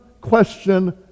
question